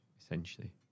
essentially